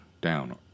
down